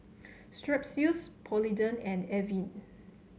Strepsils Polident and Avene